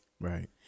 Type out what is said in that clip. Right